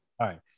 right